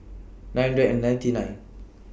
nine hundred and ninety nine